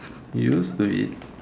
you used to eat